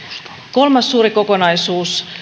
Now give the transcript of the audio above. kolmas suuri kokonaisuus